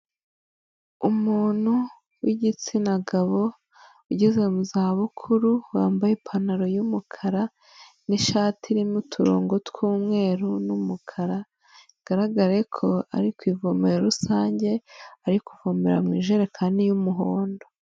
Umuntu w'igitsina gabo ugeze mu zabukuru wambaye ipantaro y'umukara n'ishati irimo uturongo tw'umweru n'umukara, bigaragare ko ari ku ivomero rusange, ari kuvomera mu ijerekani y'umuhondo.